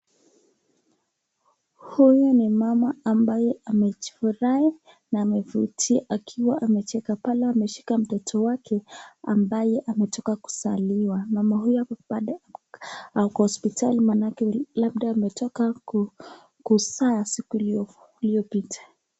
Huyu ni mama ambaye amejifurahi na amevitia akiwa amecheka pale ameshika mtoto wake ambaye ametoka kuzaliw. mama huyu ako hosipitali maanake labda ametoka kuza siku iliyopita.